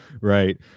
right